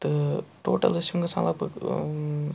تہٕ ٹوٹَل أسۍ یِم گَژھان لگ بگ